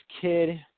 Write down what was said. kid